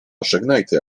żegnajty